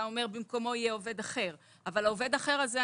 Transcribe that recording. אתה אומר שבמקומו יהיה עובד אחר אבל העובד האחר הזה,